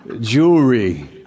Jewelry